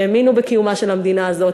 שהאמינו בקיומה של המדינה הזאת,